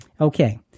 Okay